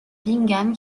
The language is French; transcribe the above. bingham